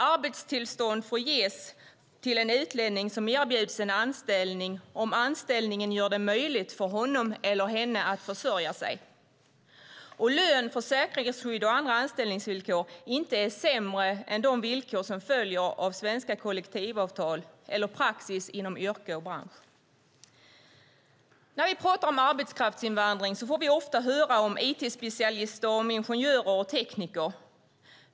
Arbetstillstånd får ges till en utlänning som erbjuds en anställning om anställningen gör det möjligt för honom eller henne att försörja sig och om lön, försäkringsskydd och andra anställningsvillkor inte är sämre än de villkor som följer av svenska kollektivavtal eller praxis inom yrket och branschen. När vi pratar om arbetskraftsinvandring får vi ofta höra om it-specialister, ingenjörer och tekniker.